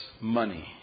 money